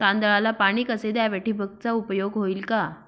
तांदळाला पाणी कसे द्यावे? ठिबकचा उपयोग होईल का?